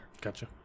Gotcha